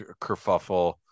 kerfuffle